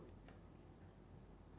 <S